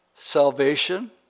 Salvation